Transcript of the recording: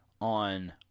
on